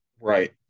Right